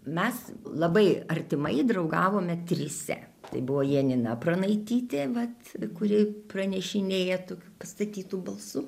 mes labai artimai draugavome trise tai buvo janina pranaitytė vat kuri pranešinėja tokiu pastatytu balsu